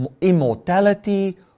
immortality